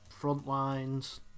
Frontlines